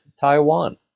Taiwan